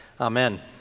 Amen